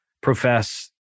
profess